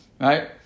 Right